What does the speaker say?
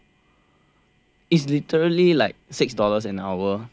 it's literally like six dollars an hour